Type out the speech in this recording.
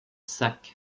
sacs